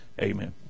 amen